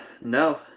No